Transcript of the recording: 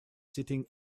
sitting